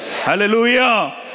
Hallelujah